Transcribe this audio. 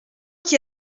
qui